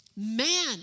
Man